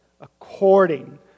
according